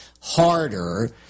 harder